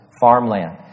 farmland